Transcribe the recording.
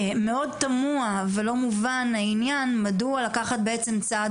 מאוד תמוה ולא מובן העניין מדוע לקחת בעצם צעד